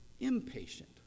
impatient